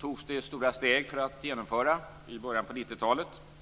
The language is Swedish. togs det stora steg för att genomföra i början av 90-talet.